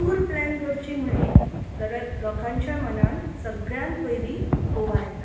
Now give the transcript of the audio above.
tour plan करची म्हणली जाल्यार लोकांच्या मनांत सगळ्यांत पयलीं गोवा येता